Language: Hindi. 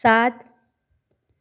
सात